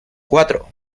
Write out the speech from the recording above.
cuatro